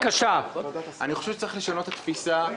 חושב שצריך לשנות את התפיסה,